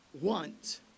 want